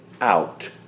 out